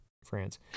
France